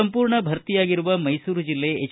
ಸಂಪೂರ್ಣ ಭರ್ತಿಯಾಗಿರುವ ಮೈಸೂರು ಜಿಲ್ಲೆ ಹೆಚ್